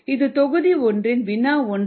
இது தொகுதி 1 இன் வினா 1 ஐ குறிக்கும்